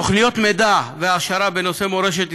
תוכניות מידע והעשרה בנושא מורשת ישראל,